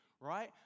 right